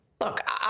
Look